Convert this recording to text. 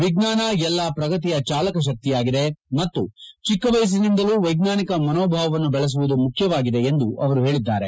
ವಿಜ್ವಾನ ಎಲ್ಲಾ ಪ್ರಗತಿಯ ಜಾಲಕ ಶಕ್ತಿಯಾಗಿದೆ ಮತ್ತು ಚಿಕ್ಕ ವಯಸ್ಸಿನಿಂದಲೂ ವೈಜ್ವಾನಿಕ ಮನೋಭಾವವನ್ನು ಬೆಳೆಸುವುದು ಮುಖ್ಚವಾಗಿದೆ ಎಂದು ಅವರು ಹೇಳಿದ್ದಾರೆ